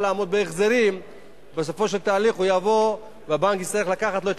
לעמוד בהחזרים ובסופו של תהליך הוא יבוא והבנק יצטרך לקחת לו את